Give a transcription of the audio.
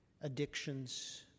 addictions